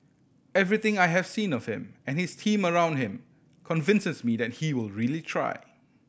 everything I have seen of him and his team around him convinces me that he will really try